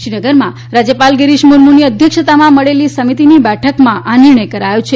શ્રીનગરમાં રાજ્યપાલ ગીરીશ મુર્મુની અધ્યક્ષતામાં મળેલી સમિતિની બેઠકમાં આ નિર્ણય કરાયો છે